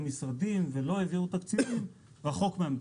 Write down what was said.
המשרדים ולא העבירו תקציבים רחוק מהמציאות,